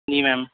جی میم